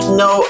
no